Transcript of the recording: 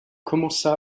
commença